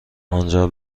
آنجا